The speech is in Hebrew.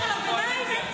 שאני אפתח עליו עיניים?